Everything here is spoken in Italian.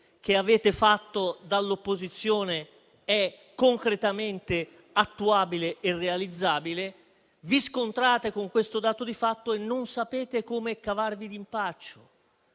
che avevate fatto dall'opposizione è concretamente attuabile e realizzabile, vi scontrate con questo dato di fatto e non sapete come cavarvi d'impaccio.